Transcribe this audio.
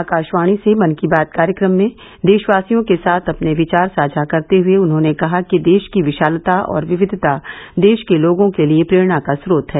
आकाशवाणी से मन की बात कार्यक्रम में देशवासियों के साथ अपने विचार साझा करते हए उन्होंने कहा कि देश की विशालता और विविधता देश के लोगों के लिए प्रेरणा का स्रोत है